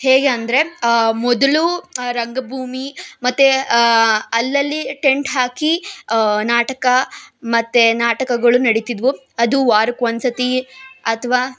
ಹೇಗೆ ಅಂದರೆ ಮೊದಲು ರಂಗಭೂಮಿ ಮತ್ತು ಅಲ್ಲಲ್ಲಿ ಟೆಂಟ್ ಹಾಕಿ ನಾಟಕ ಮತ್ತು ನಾಟಕಗಳು ನಡೀತಿದ್ದವು ಅದು ವಾರಕ್ಕೆ ಒಂದು ಸರ್ತಿ ಅಥವಾ